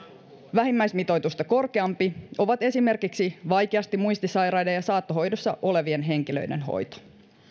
vähimmäismitoitusta korkeampi ovat esimerkiksi vaikeasti muistisairaiden ja saattohoidossa olevien henkilöiden hoito